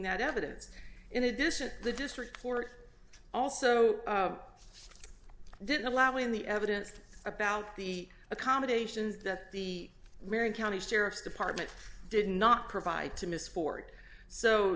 that evidence in addition to the district court also didn't allow in the evidence about the accommodations that the marion county sheriff's department did not provide to miss ford so